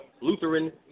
Lutheran